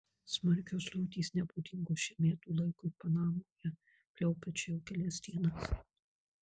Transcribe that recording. smarkios liūtys nebūdingos šiam metų laikui panamoje pliaupia čia jau kelias dienas